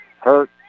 Hurt